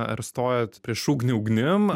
ar stojat prieš ugnį ugnim